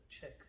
check